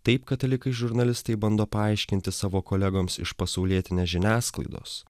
taip katalikai žurnalistai bando paaiškinti savo kolegoms iš pasaulietinės žiniasklaidos